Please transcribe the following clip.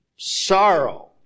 Sorrow